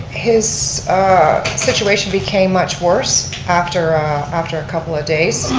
his situation became much worse after after a couple of days.